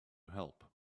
help